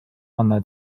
anna